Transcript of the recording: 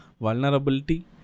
vulnerability